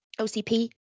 OCP